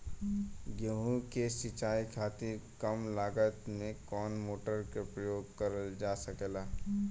गेहूँ के सिचाई खातीर कम लागत मे कवन मोटर के प्रयोग करल जा सकेला?